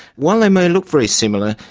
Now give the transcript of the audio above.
while they may look very similar,